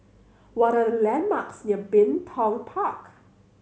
what are the landmarks near Bin Tong Park